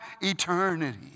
eternity